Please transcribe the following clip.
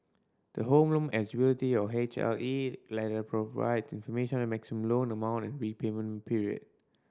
the Home Loan Eligibility or H L E letter provide information on the maximum loan amount and repayment period